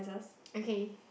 okay